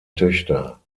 töchter